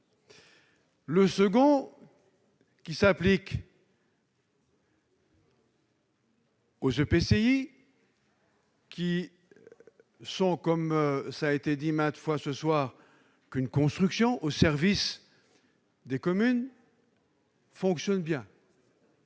Le second, applicable aux EPCI, qui sont- cela a été dit maintes fois ce soir -une construction au service des communes, fonctionne